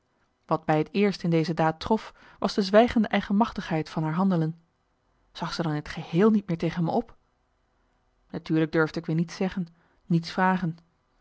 wat mij t eerst in deze daad trof was de zwijgende eigenmachtigheid van haar handelen zag ze dan in t geheel niet meer tegen me op natuurlijk durfde ik weer niets zeggen niets vragen